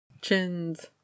Chins